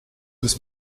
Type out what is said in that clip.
was